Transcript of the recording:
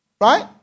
Right